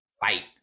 fight